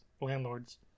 landlords